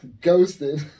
Ghosted